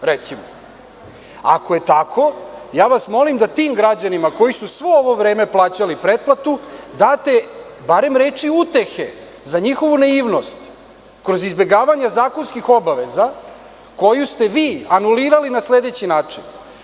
Ako je tako, molim vas da tim građanima koji su svo ovo vreme plaćali pretplatu date barem reči utehe za njihovu naivnost kroz izbegavanje zakonskih obaveza koju ste vi anulirali na sledeći način.